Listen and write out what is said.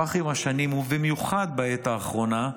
הפך עם השנים, ובמיוחד בעת האחרונה,